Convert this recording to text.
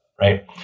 Right